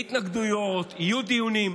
יהיו התנגדויות ויהיו דיונים.